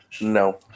no